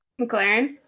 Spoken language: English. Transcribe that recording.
McLaren